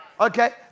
Okay